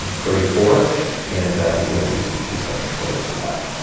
um thirty four and we're gonna be using two sets of colors for that.